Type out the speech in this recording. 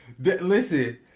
listen